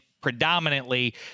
predominantly